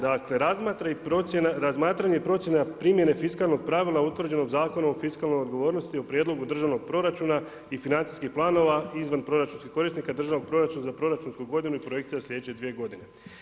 Dakle, razmatranje i procjena primjene fiskalnog pravila utvrđenog Zakonom o fiskalnoj odgovornosti, o prijedlogu državnog proračuna i financijskih planova izvan proračunskih korisnika državnog proračuna za proračunsku godinu i projekcija slijedeće dvije godine.